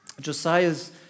Josiah's